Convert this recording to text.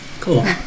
Cool